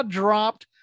dropped